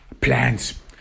plans